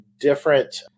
different